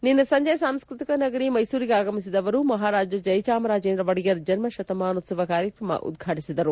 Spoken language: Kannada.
ನಿನ್ನೆ ಸಂಜೆ ಸಾಂಸ್ಟಕಿಕ ನಗರಿ ಮೈಸೂರಿಗೆ ಆಗಮಿಸಿದ ಅವರು ಮಹಾರಾಜ ಜಯಚಾಮರಾಜೇಂದ್ರ ಒಡೆಯರ್ ಜನ್ಮ ಶತಮಾನೋತ್ಸವ ಕಾರ್ಯಕ್ರಮ ಉದ್ಘಾಟಿಸಿದರು